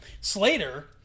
Slater